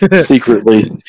secretly